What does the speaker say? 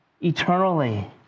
eternally